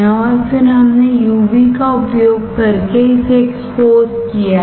और फिर हमने यूवी का उपयोग करके इसे एक्सपोज़ किया है